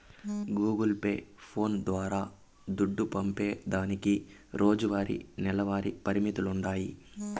Google Pay, phones ద్వారా దుడ్డు పంపేదానికి రోజువారీ, నెలవారీ పరిమితులుండాయి